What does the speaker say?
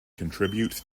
contributes